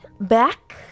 back